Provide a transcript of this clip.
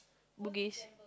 bugis